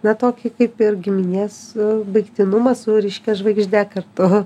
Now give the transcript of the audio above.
na tokį kaip ir giminės baigtinumą su ryškia žvaigžde kartu